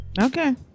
Okay